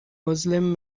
muslim